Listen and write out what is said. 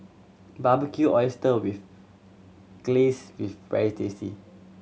Barbecued Oyster with Glaze is very tasty